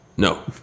No